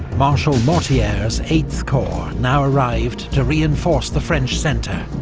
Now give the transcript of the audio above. marshal mortier's eighth corps now arrived to reinforce the french centre.